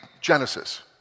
Genesis